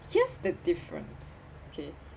here's the difference okay